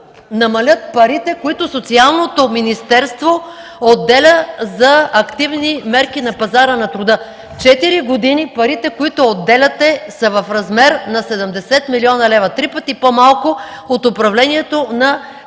намалят парите, които Социалното министерство отделя за активни мерки на пазара на труда. Четири години парите, които отделяте, са в размер на 70 млн. лв. – три пъти по-малко от управлението на